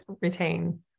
retain